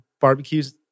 barbecues